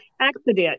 accident